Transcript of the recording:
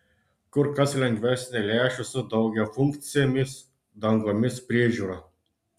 kur kas lengvesnė lęšių su daugiafunkcėmis dangomis priežiūra